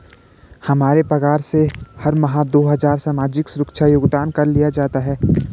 हमारे पगार से हर माह दो हजार सामाजिक सुरक्षा योगदान कर लिया जाता है